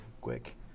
quick